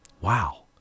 wow